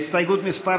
הסתייגות מס'